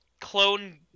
Clone